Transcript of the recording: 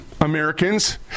Americans